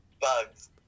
Bugs